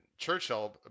churchill